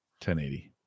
1080